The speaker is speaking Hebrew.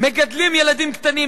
"מגדלים ילדים קטנים,